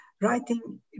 writing